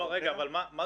ומתי יעבור גם.